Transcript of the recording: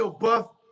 Buff